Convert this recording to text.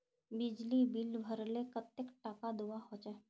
बिजली बिल भरले कतेक टाका दूबा होचे?